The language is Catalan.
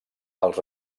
els